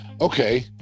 Okay